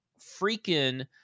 freaking